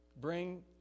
bring